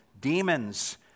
demons